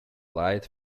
light